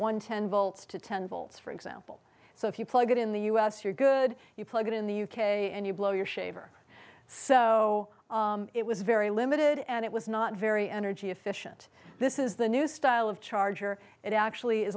volts for example so if you plug it in the u s you're good you plug it in the u k and you blow your shaver so it was very limited and it was not very energy efficient this is the new style of charger it actually is